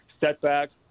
setbacks